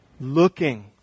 looking